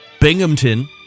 binghamton